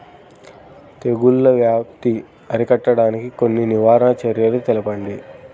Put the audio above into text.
తెగుళ్ల వ్యాప్తి అరికట్టడానికి కొన్ని నివారణ చర్యలు తెలుపండి?